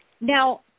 Now